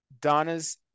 Donna's